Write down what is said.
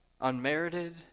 Unmerited